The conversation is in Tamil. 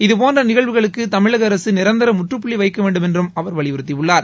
இதபோன்ற நிகழ்வுகளுக்கு தமிழக அரசு நிரந்தர முற்றப்புள்ளி வைக்க வேண்டும் என்றும் அவர் வலியுறுத்தியுள்ளார்